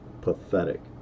pathetic